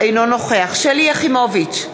אינו נוכח שלי יחימוביץ,